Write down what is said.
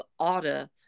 Otta